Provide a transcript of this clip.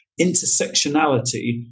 Intersectionality